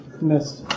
Missed